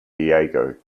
diego